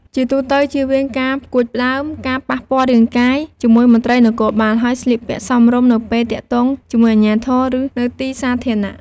ជាទូទៅ ជៀសវាងការផ្តួចផ្តើមការប៉ះពាល់រាងកាយជាមួយមន្ត្រីនគរបាល ហើយស្លៀកពាក់សមរម្យនៅពេលទាក់ទងជាមួយអាជ្ញាធរ ឬនៅទីសាធារណៈ។